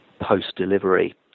post-delivery